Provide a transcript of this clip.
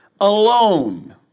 alone